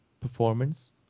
performance